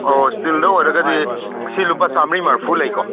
ꯑꯣ ꯏꯁꯇꯤꯜꯗ ꯑꯣꯏꯔꯒꯗꯤ ꯁꯤ ꯂꯨꯄꯥ ꯆꯥꯝꯔꯤ ꯃꯔꯐꯨ ꯂꯩꯀꯣ